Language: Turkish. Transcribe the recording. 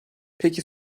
peki